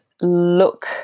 look